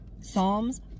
Psalms